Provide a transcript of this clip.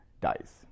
dies